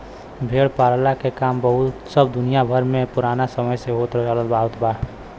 भेड़ पालला के काम सब दुनिया भर में पुराना समय से होत चलत आवत बाटे